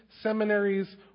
seminaries